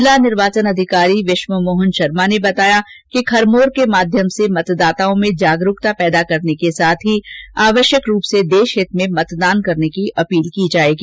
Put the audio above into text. जिला निर्वाचन अधिकारी विश्व मोहन शर्मा ने बताया कि खरमोर के माध्यम से मतदाताओं में जागरूकता पैदा करने के साथ आवश्यक रूप से देशहित में मतदान करने की अपील की जाएगी